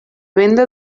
venda